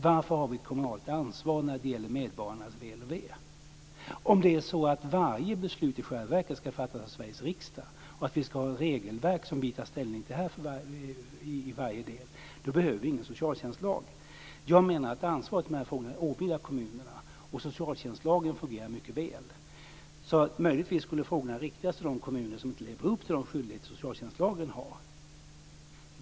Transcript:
Varför har vi ett kommunalt ansvar när det gäller medborgarnas väl och ve? Om det är så att varje beslut i själva verket ska fattas av Sveriges riksdag och att vi ska ha regelverk som vi tar ställning till här i varje del behöver vi ingen socialtjänstlag. Jag menar att ansvaret för dessa frågor åvilar kommunerna, och socialtjänstlagen fungerar mycket väl. Möjligtvis skulle frågorna riktas till de kommuner som inte lever upp till de skyldigheter socialtjänstlagen innebär.